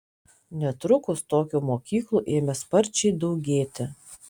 netrukus tokių mokyklų ėmė sparčiai daugėti